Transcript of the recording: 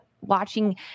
watching